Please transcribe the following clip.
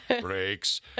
breaks